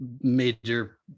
major